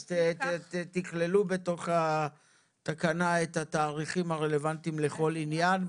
אז תכללו בתוך התקנה את התאריכים הרלוונטיים לכל עניין.